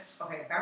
okay